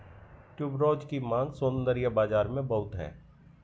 tuberose की मांग सौंदर्य बाज़ार में बहुत है